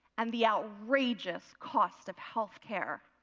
and the outrageous cost of healthcare.